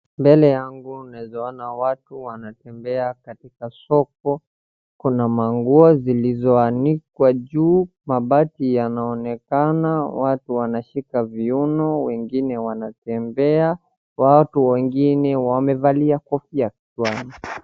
Mbele yangu naeza ona watu wanatembea katika soko. Kuna manguo zilizoanikwa juu. Mabati yanaonekana, watu wanashika viuno, wengine wanatembea, watu wengine wamevalia kofia kichwani.